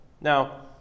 Now